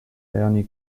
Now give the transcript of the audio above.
ernie